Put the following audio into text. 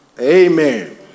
Amen